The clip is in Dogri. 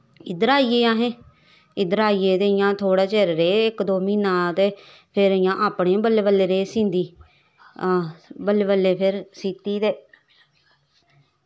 इध्दर आइयै अस इध्दर आइयै ते इयां थोह्ड़ै चिर रेह् इक दो म्हीना ते फिर इयां अपने गै बल्लें बल्लें रेह् सींदी बल्लैं बल्लैं फिर सींदी ते